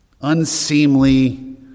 unseemly